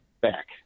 back